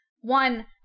One